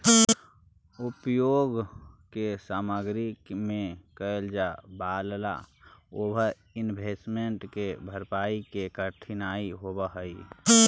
उपभोग के सामग्री में कैल जाए वालला ओवर इन्वेस्टमेंट के भरपाई में कठिनाई होवऽ हई